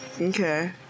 Okay